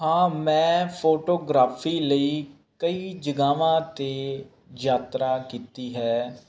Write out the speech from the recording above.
ਹਾਂ ਮੈਂ ਫੋਟੋਗ੍ਰਾਫੀ ਲਈ ਕਈ ਜਗਾਵਾਂ 'ਤੇ ਯਾਤਰਾ ਕੀਤੀ ਹੈ